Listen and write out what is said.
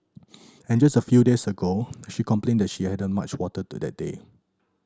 and just a few days ago she complained that she hadn't much water to that day